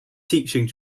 teaching